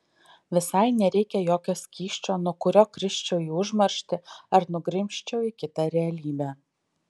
visai nereikia jokio skysčio nuo kurio krisčiau į užmarštį ar nugrimzčiau į kitą realybę